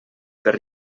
per